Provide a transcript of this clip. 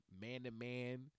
man-to-man